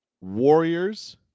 Warriors